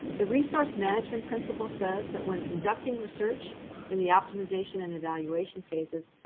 the resource management principle says that when conducting research in the optimization and evaluation phases,